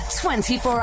24